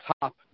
top